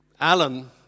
Alan